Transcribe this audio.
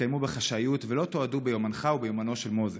התקיימו בחשאיות ולא תועדו ביומנך וביומנו של מוזס.